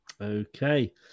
Okay